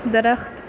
درخت